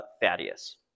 Thaddeus